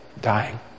dying